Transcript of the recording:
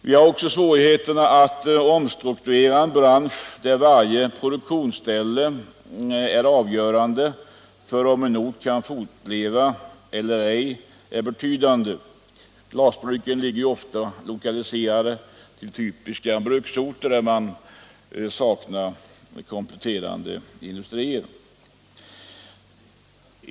Vi har också svårigheter att omstrukturera en bransch, där varje produktionsställes betydelse för om orten kan fortleva eller ej är betydande. Glasbruken ligger ofta lokaliserade till typiska bruksorter, där man saknar kompletterande industrier.